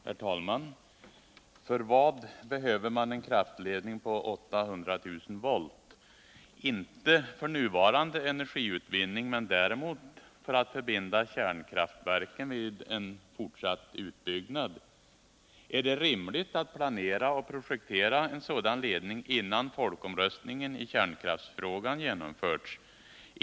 Herr talman! För vad behöver man en kraftledning på 800 000 volt? Inte för nuvarande energiutvinning, men däremot för att förbinda kraftverken vid en fortsatt utbyggnad. Är det rimligt att planera och projektera en sådan ledning innan folkomröstningen i kärnkraftsfrågan genomförts?